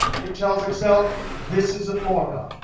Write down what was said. it it tells excel, this is a formula.